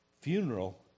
funeral